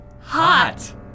Hot